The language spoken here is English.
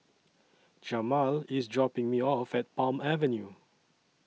Jamal IS dropping Me off At Palm Avenue